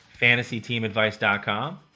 fantasyteamadvice.com